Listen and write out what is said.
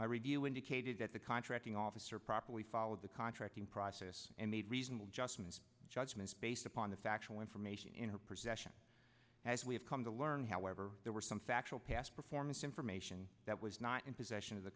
my review indicated that the contracting officer properly followed the contracting process and made reasonable justness judgments based upon the factual information in her possession as we have come to learn however there were some factual past performance information that was not in possession of the